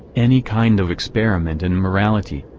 any kind of experiment in morality,